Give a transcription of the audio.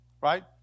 right